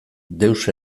deus